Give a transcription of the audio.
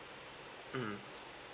mm